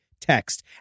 text